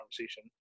conversation